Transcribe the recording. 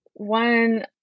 One